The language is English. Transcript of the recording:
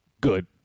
good